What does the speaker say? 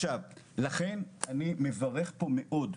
לכן אני מברך פה מאוד,